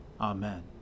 Amen